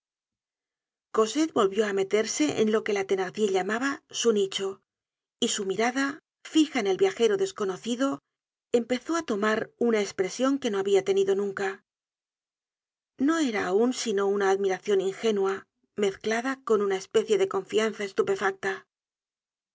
cosette volvió á meterse en lo que la thenardier llamaba su nicho y su mirada fija en el viajero desconocido empezó á tomar una espresion que no habia tenido nunca no era aun sino una admiracion ingénua mezclada con una especie de confianza estupefacta